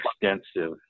extensive